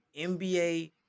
NBA